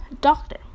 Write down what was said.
doctor